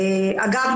אגב,